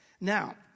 Now